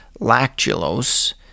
lactulose